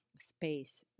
space